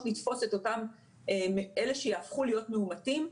לתפוס את אותם אלה שיהפכו להיות מאומתים,